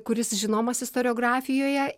kuris žinomas istoriografijoje